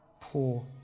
poor